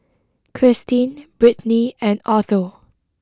Christeen Brittni and Otho